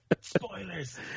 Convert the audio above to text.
Spoilers